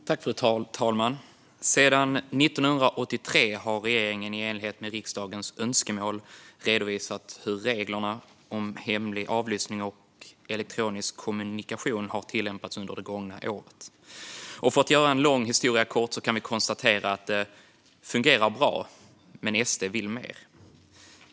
Redovisning av användningen av hemliga tvångsmedel under 2021 Fru talman! Sedan 1983 har regeringen i enlighet med riksdagens önskemål redovisat hur reglerna om hemlig avlyssning och elektronisk kommunikation tillämpats under det gångna året. För att göra en lång historia kort kan vi konstatera att det fungerar bra men att SD vill mer.